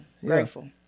Grateful